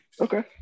Okay